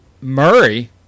Murray